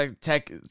tech